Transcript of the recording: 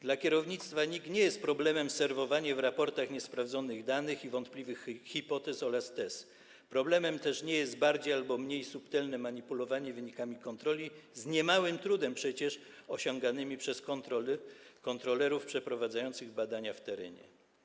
Dla kierownictwa NIK nie jest problemem serwowanie w raportach niesprawdzonych danych i wątpliwych hipotez oraz tez, problemem nie jest też bardziej albo mniej subtelne manipulowanie wynikami kontroli z niemałym trudem przecież osiąganymi przez kontrolerów przeprowadzających badania w terenie.